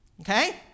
Okay